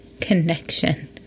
Connection